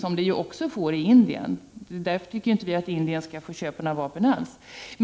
Det får den också i Indien; därför anser vi att Indien inte borde få köpa några vapen alls.